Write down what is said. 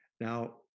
Now